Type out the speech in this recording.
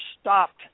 stopped